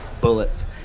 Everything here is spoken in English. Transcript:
bullets